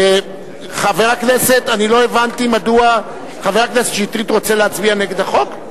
חבר הכנסת שטרית, רוצה להצביע נגד החוק?